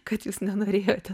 kad jūs nenorėjote